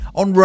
on